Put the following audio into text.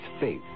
faith